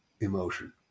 emotion